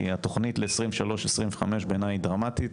כי התוכנית ל-23' 25' בעיניי היא דרמטית.